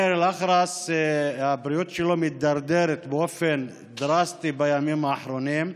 הבריאות של מאהר אל-אח'רס מידרדרת באופן דרסטי בימים האחרונים,